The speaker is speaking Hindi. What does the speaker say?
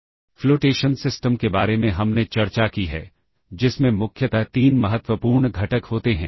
तो पुश इंस्ट्रक्शन के केस में हम रजिस्टर जोड़े के कंटेंट को stack में save करते हैं